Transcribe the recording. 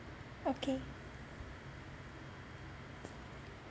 okay